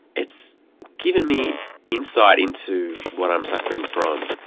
it's given me insight into what i'm suffering from,